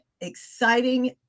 exciting